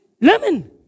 Lemon